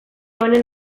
honen